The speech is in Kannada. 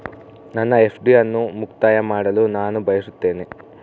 ನನ್ನ ಎಫ್.ಡಿ ಅನ್ನು ಮುಕ್ತಾಯ ಮಾಡಲು ನಾನು ಬಯಸುತ್ತೇನೆ